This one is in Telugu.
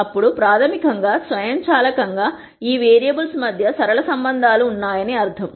అప్పుడు ప్రాథమికంగా స్వయంచాలకంగా ఈ వేరియబుల్స్ మధ్య సరళ సంబంధాలు ఉన్నాయని అర్థం